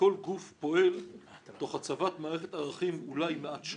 כל גוף פועל תוך הצבת מערכת ערכים שונה מעט,